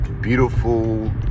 beautiful